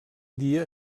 dia